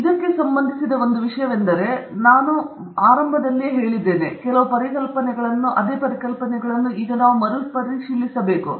ಆದ್ದರಿಂದ ಸರಿಯಾಗಿ ನಾವು ನೋಡಬಹುದಾದ ಒಂದು ವಿಷಯವೆಂದರೆ ಮೊದಲಿನಿಂದಲೂ ನಾನು ಆರಂಭದಲ್ಲಿಯೇ ಮಂಡಿಸಿದ ಕೆಲವು ಪರಿಕಲ್ಪನೆಗಳನ್ನು ನಾವು ಮರುಪರಿಶೀಲಿಸಬೇಕು